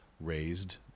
raised